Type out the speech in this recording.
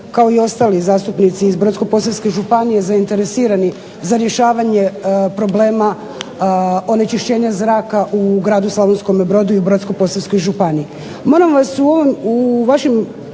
kao i ostali zastupnici iz Brodsko-posavske županije zainteresirani za rješavanje problema onečišćenja zraka u gradu Slavonskome Brodu i Brodsko-posavskoj županiji.